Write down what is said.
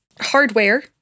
hardware